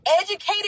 educated